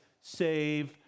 save